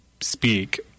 speak